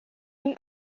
ihm